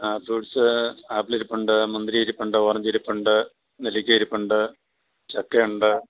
ആ fruits apple ഇരിപ്പുണ്ട് മുന്തിരി ഇരിപ്പുണ്ട് ഓറഞ്ച് ഇരിപ്പുണ്ട് നെല്ലിക്ക ഇരിപ്പുണ്ട് ചക്ക ഉണ്ട്